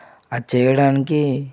అది చేయడానికి